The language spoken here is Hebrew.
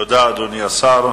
תודה, אדוני השר.